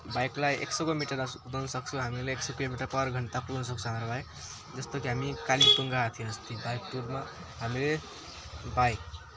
बाइकलाई एक सयको मिटरमा कुदाउनु सक्छौँ हामीले एक सय किलोमिटर पर घन्टा कुदाउन सक्छ हाम्रो बाइक जस्तो कि हामी कालिम्पोङ गएका थियौँ अस्ति बाइक टुरमा हामीले बाइक